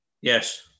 Yes